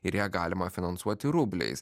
ir ją galima finansuoti rubliais